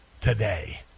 today